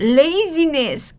laziness